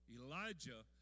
Elijah